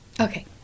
Okay